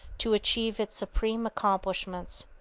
to achieve its supreme accomplishments.